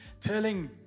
Telling